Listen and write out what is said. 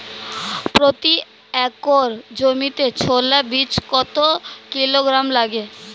প্রতি একর জমিতে ছোলা বীজ কত কিলোগ্রাম লাগে?